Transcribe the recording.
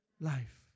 life